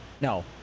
No